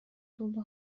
dolu